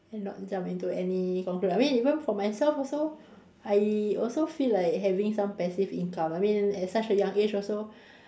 and not jump into any conclusions I mean even for myself also I also feel like having some passive income I mean at such a young age also